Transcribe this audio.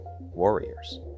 warriors